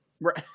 Right